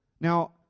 Now